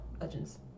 legends